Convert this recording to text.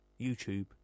YouTube